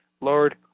Lord